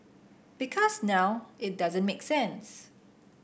because now it doesn't make sense